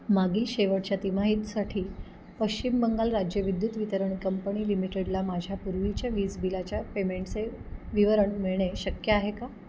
मागील शेवटच्या तिमाहीत साठी पश्चिम बंगाल राज्य विद्युत वितरण कंपनी लिमिटेडला माझ्या पूर्वीच्या वीज बिलाच्या पेमेंटचे विवरण मिळणे शक्य आहे का